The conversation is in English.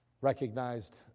recognized